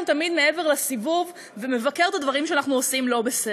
תמיד מעבר לסיבוב ומבקר את הדברים שאנחנו עושים לא בסדר.